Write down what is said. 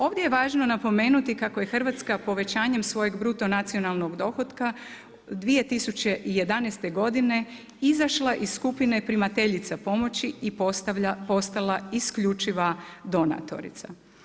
Ovdje je važno napomenuti kako je Hrvatska povećanjem svojeg bruto nacionalnog dohotka 2011. godine izašla iz skupine primateljica pomoći i postala isključiva donatorica.